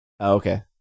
Okay